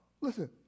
Listen